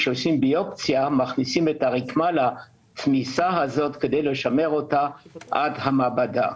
כשעושים ביופסיה מכניסים את הרקמה לתמיסה הזו כדי לשמר אותה עד המעבדה.